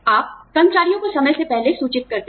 आप कर्मचारियों को समय से पहले सूचित करते हैं